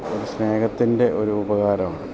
ഒരു സ്നേഹത്തിൻ്റെ ഒരു ഉപകാരമാണ്